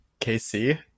KC